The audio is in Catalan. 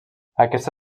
aquesta